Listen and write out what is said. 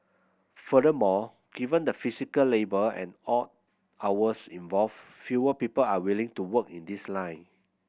furthermore given the physical labour and odd hours involved fewer people are willing to work in this line